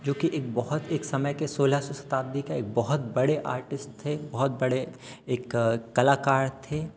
जो कि बहुत एक समय के सोलह सौ शताब्दी का बहुत बड़े आर्टिस्ट थे बहुत बड़े एक कलाकार थे